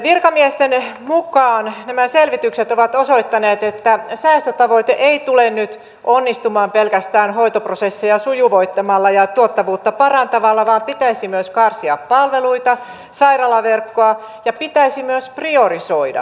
virkamiesten mukaan selvitykset ovat osoittaneet että säästötavoite ei tule nyt onnistumaan pelkästään hoitoprosesseja sujuvoittamalla ja tuottavuutta parantamalla vaan pitäisi myös karsia palveluita ja sairaalaverkkoa ja pitäisi myös priorisoida